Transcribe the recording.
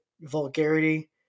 vulgarity